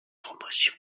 promotion